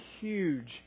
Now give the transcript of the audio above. huge